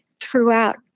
throughout